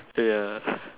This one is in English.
ya